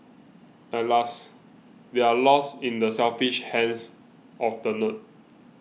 alas they are lost in the selfish hands of the nerd